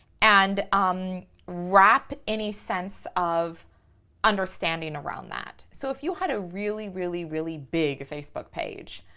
and um wrap any sense of understanding around that. so if you had a really, really, really big facebook page